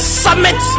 summit